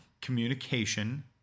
communication